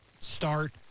start